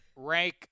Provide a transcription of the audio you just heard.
Rank